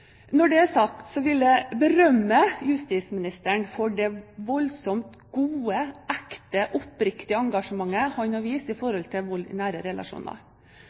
Når det er sagt, vil jeg berømme justisministeren for det voldsomt gode, ekte og oppriktige engasjementet han har vist når det gjelder vold i nære relasjoner.